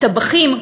טבחים,